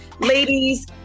Ladies